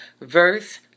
verse